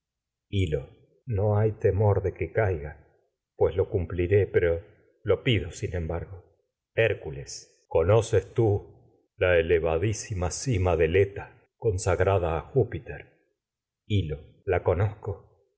no hay temor de que caiga pues lo cum pliré pero lo pido sin embargo tú la elevadisima cima del hércules conoces eta consagrada hil lo he a júpiter como la conozco